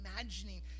imagining